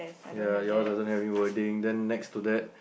ya yours also every wording then next to that